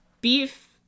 beef